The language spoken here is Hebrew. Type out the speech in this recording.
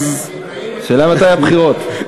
השאלה היא מתי הבחירות.